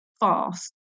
fast